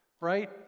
right